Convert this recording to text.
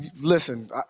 listen